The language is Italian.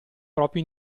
proprio